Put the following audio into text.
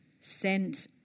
sent